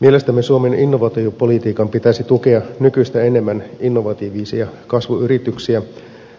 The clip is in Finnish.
mielestämme suomen innovaatiopolitiikan pitäisi tukea nykyistä enemmän innovatiivisia kasvuyrityksiä